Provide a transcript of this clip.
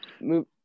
move